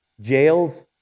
Jails